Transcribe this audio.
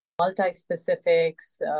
multi-specifics